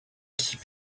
keep